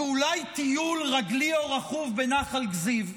ואולי טיול רגלי או רכוב בנחל כזיב.